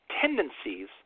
tendencies